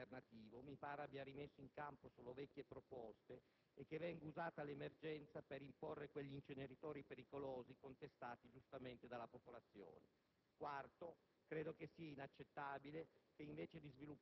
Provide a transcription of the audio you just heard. Terzo: non credo che il Governo abbia un vero piano alternativo; mi pare abbia rimesso in campo solo vecchie proposte e che venga usata l'emergenza per imporre quegli inceneritori pericolosi giustamente contestati dalla popolazione.